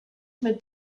mit